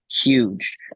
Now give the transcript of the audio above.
huge